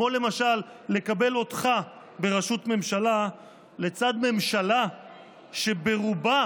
כמו למשל לקבל אותך בראשות ממשלה לצד ממשלה שברובה